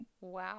Wow